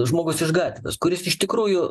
žmogus iš gatvės kuris iš tikrųjų